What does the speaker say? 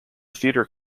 theater